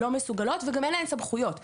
לא מסוגלות וגם אין להן סמכויות.